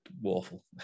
Waffle